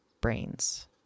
brains